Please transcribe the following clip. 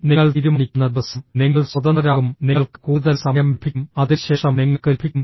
നിങ്ങൾ തീരുമാനിക്കുന്ന ദിവസം നിങ്ങൾ സ്വതന്ത്രരാകും നിങ്ങൾക്ക് കൂടുതൽ സമയം ലഭിക്കും അതിനുശേഷം നിങ്ങൾക്ക് ലഭിക്കും